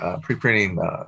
pre-printing